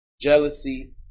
jealousy